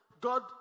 God